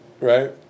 right